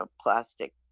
plastic